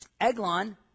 Eglon